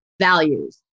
values